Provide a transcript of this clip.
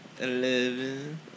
Eleven